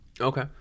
Okay